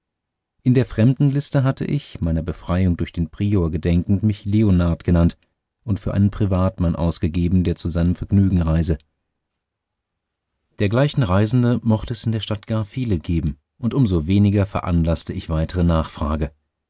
in der fremdenliste hatte ich meiner befreiung durch den prior gedenkend mich leonhard genannt und für einen privatmann ausgegeben der zu seinem vergnügen reise dergleichen reisende mochte es in der stadt gar viele geben und um so weniger veranlaßte ich weitere nachfrage